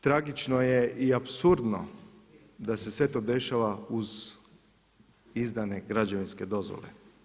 Tragično je i apsurdno da se sve to dešava uz izdane građevinske dozvole.